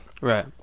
Right